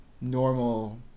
normal